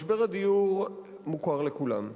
משבר הדיור מוכר לכולם.